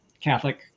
Catholic